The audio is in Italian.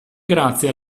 grazie